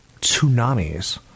tsunamis